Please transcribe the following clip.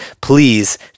please